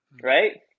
right